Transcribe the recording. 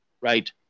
right